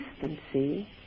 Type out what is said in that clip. consistency